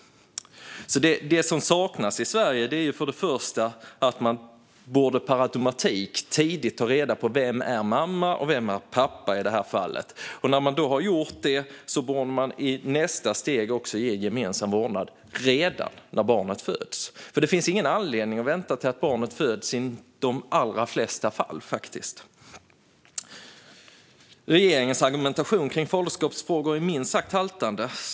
Det som saknas i Sverige är för det första att man per automatik tidigt borde ta reda på vem som är mamman och pappan, i det här fallet. När man har gjort det borde man i nästa steg ge gemensam vårdnad redan när barnet föds. Det finns i de allra flesta fall ingen anledning att vänta på att barnet ska födas. Regeringens argumentation i faderskapsfrågor är minst sagt haltande.